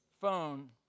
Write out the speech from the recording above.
phone